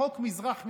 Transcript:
כרחוק מזרח ממערב,